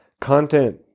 content